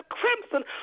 crimson